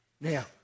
Now